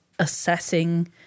assessing